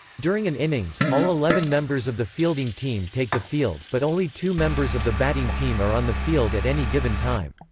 during an innings, all eleven members of the fielding team take the field, but only two members of the batting team are on the field at any given time.